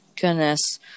goodness